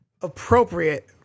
appropriate